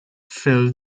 fill